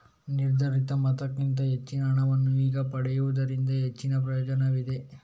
ನಿರ್ಧರಿತ ಮೊತ್ತಕ್ಕಿಂತ ಹೆಚ್ಚಿನ ಹಣವನ್ನು ಈಗ ಪಡೆಯುವುದರಿಂದ ಹೆಚ್ಚಿನ ಪ್ರಯೋಜನವಿದೆ